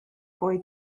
boy